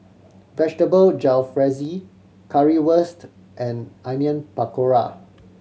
Vegetable Jalfrezi Currywurst and Onion Pakora